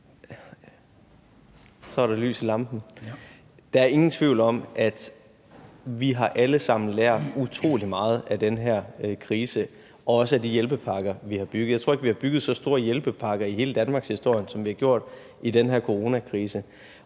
Så er der lys i lampen. Der er ingen tvivl om, at vi alle sammen har lært utrolig meget af den her krise og også af de hjælpepakker, vi har bygget. Jeg tror ikke, vi har bygget så store hjælpepakker i hele danmarkshistorien, som vi har gjort i den her coronakrise.